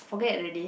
forget already